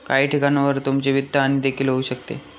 काही ठिकाणांवर तुमची वित्तहानी देखील होऊ शकते